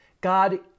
God